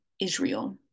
Israel